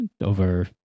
over